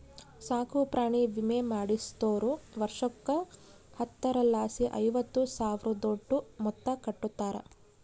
ಸಾಕುಪ್ರಾಣಿ ವಿಮೆ ಮಾಡಿಸ್ದೋರು ವರ್ಷುಕ್ಕ ಹತ್ತರಲಾಸಿ ಐವತ್ತು ಸಾವ್ರುದೋಟು ಮೊತ್ತ ಕಟ್ಟುತಾರ